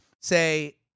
say